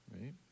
right